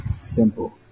Simple